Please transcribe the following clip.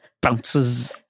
bounces